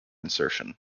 insertion